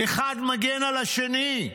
"אחד מגן על השני.